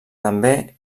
també